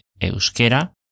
Euskera